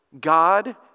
God